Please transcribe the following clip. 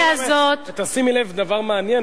שימי לב לדבר מעניין.